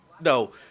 no